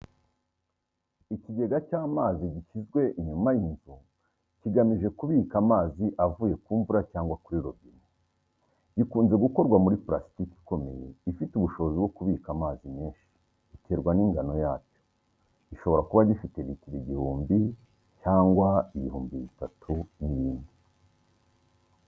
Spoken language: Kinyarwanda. Ikigega cy’amazi gishyizwe inyuma y’inzu, kigamije kubika amazi avuye ku mvura cyangwa kuri robine. Gikunze gukorwa mu muri plastique ikomeye ifite ubushobozi bwo kubika amazi menshi biterwa n’ingano yacyo gishobora kuba gifite ritiro igihumbi cyangwa ibihumbi bitatu n'ibindi.